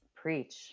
Preach